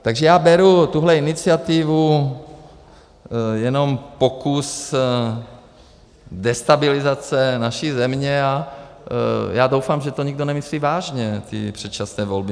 Takže já beru tuhle iniciativu jako jenom pokus destabilizace naší země a já doufám, že to nikdo nemyslí vážně, ty předčasné volby.